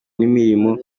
n’imirimo